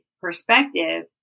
perspective